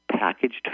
packaged